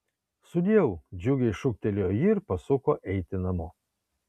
sudieu džiugiai šūktelėjo ji ir pasuko eiti namo